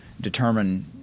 determine